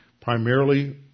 primarily